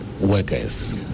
workers